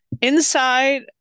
Inside